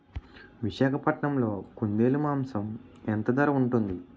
విశాఖపట్నంలో కుందేలు మాంసం ఎంత ధర ఉంటుంది?